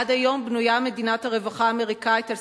עד היום בנויה מדינת הרווחה האמריקנית על